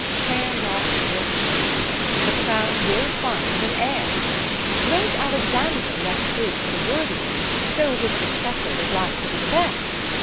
care not for issue the crown will find an heir great alexander left his to the worthiest so his successor was like to be the best.